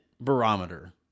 barometer